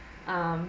um